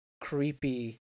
Creepy